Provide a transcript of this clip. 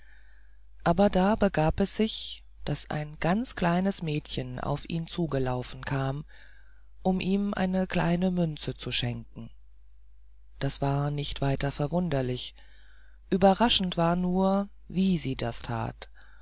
aber da begab es sich daß ein ganz kleines mädchen auf ihn zugelaufen kam um ihm eine kleine münze zu schenken das war weiter nicht verwunderlich überraschend war nur wie sie das tat